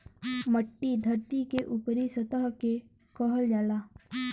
मट्टी धरती के ऊपरी सतह के कहल जाला